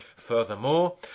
furthermore